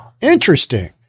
Interesting